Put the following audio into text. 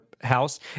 house